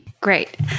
Great